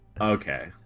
okay